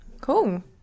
cool